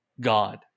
God